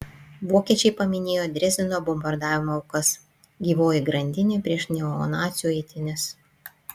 vokiečiai paminėjo dresdeno bombardavimo aukas gyvoji grandinė prieš neonacių eitynes